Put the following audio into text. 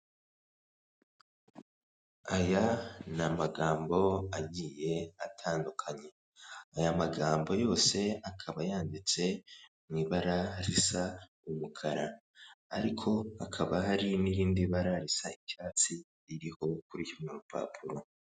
Aya n’ amagambo agiye atandukanye, aya magambo yose akaba yanditse mu ibara risa umukara, ariko hakaba hari n'irindi bara risa icyatsi ririho gukurikiza urupapuro.